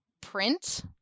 print